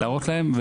להראות להם,